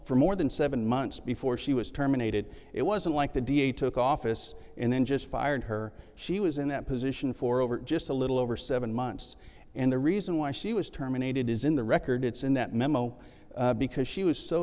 for more than seven months before she was terminated it wasn't like the da took office and then just fired her she was in that position for over just a little over seven months and the reason why she was terminated is in the records in that memo because she was so